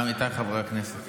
עמיתיי חברי הכנסת,